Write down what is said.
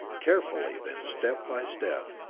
carefully, then, step by step,